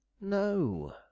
No